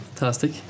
Fantastic